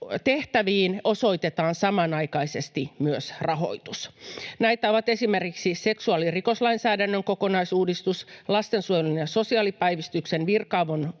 tehtäviin osoitetaan samanaikaisesti myös rahoitus. Näitä ovat esimerkiksi seksuaalirikoslainsäädännön kokonaisuudistus, lastensuojelun ja sosiaalipäivystyksen virka-avun